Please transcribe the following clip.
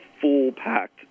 full-packed